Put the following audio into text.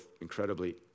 incredibly